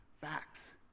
facts